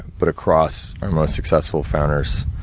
but across our more successful founders,